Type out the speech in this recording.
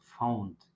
found